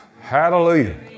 Hallelujah